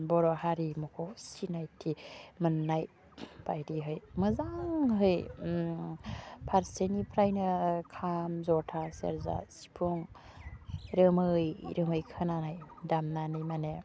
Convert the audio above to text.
बर' हारिमुखौ सिनायथि मोन्नाय बायदिहै मोजांहै फारसेनिफ्रायनो खाम ज'था सेरजा सिफुं रोमै रोमै खोनानाय दामनानै माने